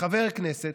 כחבר כנסת,